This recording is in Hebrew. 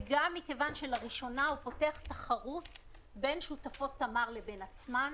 וגם מכיוון שלראשונה הוא פותח תחרות בין שותפות תמר לבין עצמן,